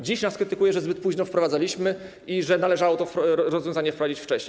Dziś nas krytykuje, że za późno wprowadzaliśmy i że należało to rozwiązanie wprowadzić wcześniej.